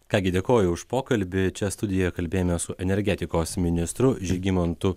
ką gi dėkoju už pokalbį čia studijoje kalbėjome su energetikos ministru žygimantu